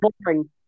boring